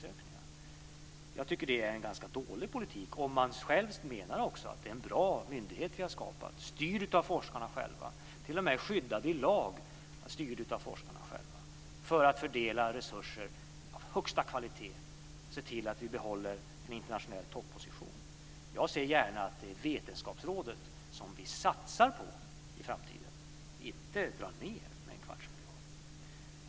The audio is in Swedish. Jag tycker att det är en ganska dålig politik, om han själv menar att det är en bra myndighet som vi har skapat, styrd av forskarna själva. Att forskarna själva ska styra detta är t.o.m. skyddat i lag för att vi ska se till att resurser av högsta kvalitet fördelas och se till att vi behåller en internationell topposition. Jag ser gärna att det är Vetenskapsrådet som vi satsar på i framtiden, inte att vi minskar resurserna med en kvarts miljard.